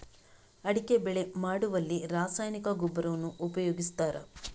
ಅಡಿಕೆ ಬೆಳೆ ಮಾಡುವಲ್ಲಿ ರಾಸಾಯನಿಕ ಗೊಬ್ಬರವನ್ನು ಉಪಯೋಗಿಸ್ತಾರ?